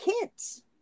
kids